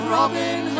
Robin